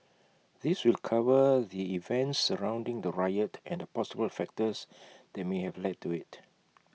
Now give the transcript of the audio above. this will cover the events surrounding the riot and the possible factors that may have led to IT